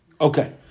Okay